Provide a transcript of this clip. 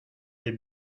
des